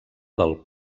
del